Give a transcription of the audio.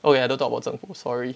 oh yeah don't talk about 政府 sorry